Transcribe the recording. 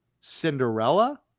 Cinderella